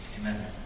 amen